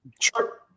Sure